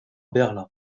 berlin